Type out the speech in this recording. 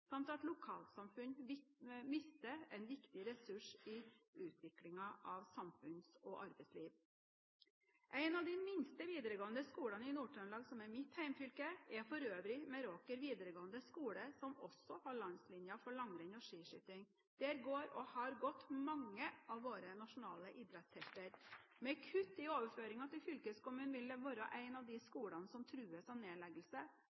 samt at lokalsamfunn mister en viktig ressurs i utviklingen av samfunns- og arbeidsliv. En av de minste videregående skolene i Nord-Trøndelag – som er mitt hjemfylke – er for øvrig Meråker videregående skole, som også har landslinjer for langrenn og skiskyting. Der går, og har det gått, mange av våre nasjonale idrettshelter. Med kutt i overføringene til fylkeskommunen vil det være en av de skolene som trues av nedleggelse,